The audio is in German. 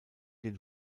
den